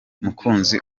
mukunzi